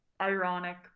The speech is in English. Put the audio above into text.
ironic